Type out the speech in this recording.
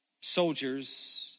soldiers